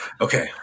Okay